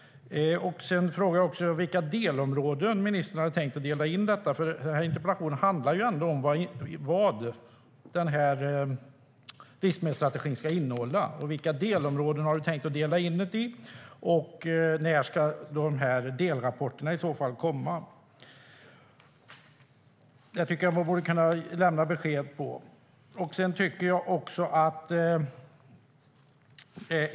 Jag frågade också vilka delområden ministern hade tänkt dela in detta i. Interpellationen handlar nämligen om vad livsmedelsstrategin ska innehålla, så vilka delområden har ministern tänkt dela in den i? När ska delrapporterna i så fall komma? Det tycker jag att man borde kunna lämna besked om.